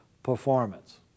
performance